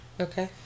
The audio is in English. okay